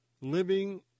living